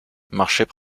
marchait